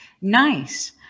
Nice